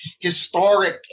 historic